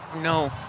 No